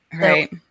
right